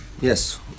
Yes